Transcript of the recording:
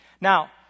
Now